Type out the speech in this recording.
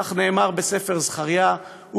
כך נאמר בספר זכריה,